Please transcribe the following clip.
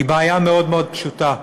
היא בעיה מאוד מאוד פשוטה: